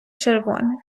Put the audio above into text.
червоних